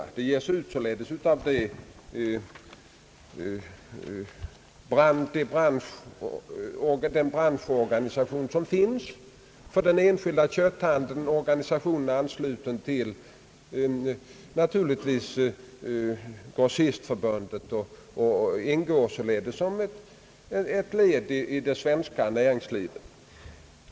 Tidskriften utges av den branschorganisation som finns för den enskilda köphandeln och organisationen är naturligtvis ansluten till Grossistförbundet och är alltså att betrakta som ett led i det svenska näringslivet.